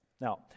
Now